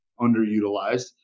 underutilized